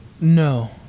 No